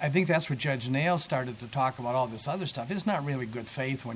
i think that's what judge nails started to talk about all this other stuff is not really good faith when